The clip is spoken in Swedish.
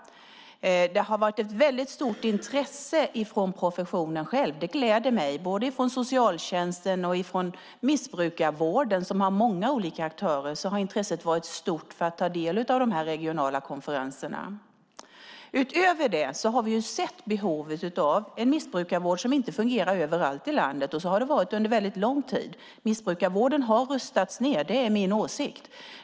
Det har varit ett stort intresse från professionen själv. Det gläder mig. Från både socialtjänsten och från missbrukarvården, som har många aktörer, har intresset varit stort för att ta del av de regionala konferenserna. Utöver det har vi sett behovet av en missbrukarvård, som inte fungerar överallt i landet. Så har det varit under lång tid. Missbrukarvården har rustats ned. Det är min åsikt.